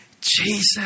Jesus